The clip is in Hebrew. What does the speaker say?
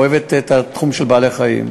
אוהבת את התחום של בעלי-חיים.